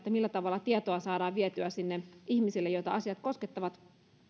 millä tavalla tietoa saadaan vietyä niille ihmisille joita asiat koskettavat